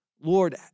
Lord